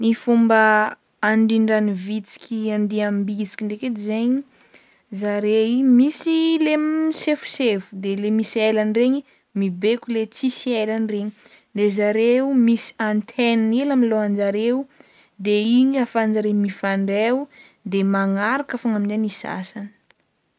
Ny fomba handrindran'ny vitsiky andiam-bitsiky ndraiky edy zaigny zare i misy le sefosefo de le misy elany regny mibaiko le tsisy elany regny de zareo misy antenne hely amy lohan-jareo de igny ahafahan-jare mifandray o de fagnara fogna minday ny sasany.